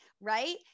right